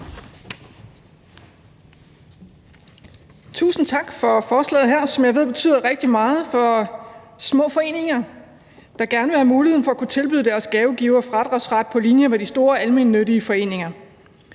Tusind tak for det her forslag, som jeg ved betyder rigtig meget for små foreninger, der gerne vil have mulighed for at kunne tilbyde deres gavegivere fradragsret på linje med de store almennyttige foreninger.